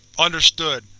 understood,